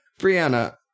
Brianna